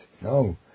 No